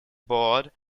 board